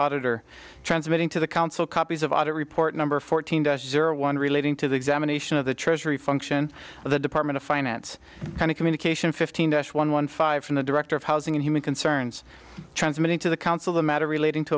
auditor transmitting to the council copies of audit report number fourteen does zero one relating to the examination of the treasury function of the department of finance kind of communication fifteen ash one one five from the director of housing and human concerns transmitting to the council the matter relating to